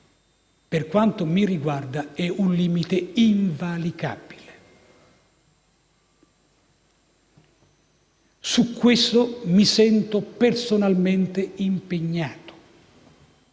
Per quanto mi riguarda, è un limite invalicabile. Su questo mi sento personalmente impegnato: